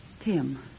Tim